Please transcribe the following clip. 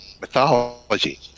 mythology